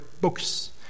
books